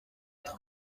votre